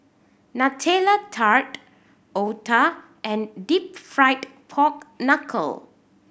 Nutella Tart otah and Deep Fried Pork Knuckle